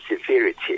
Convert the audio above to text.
severity